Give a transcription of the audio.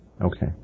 Okay